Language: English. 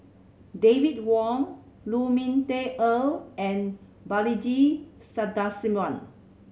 David Wong Lu Ming Teh Earl and Balaji Sadasivan